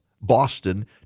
Boston